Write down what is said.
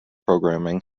programming